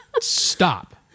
Stop